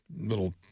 little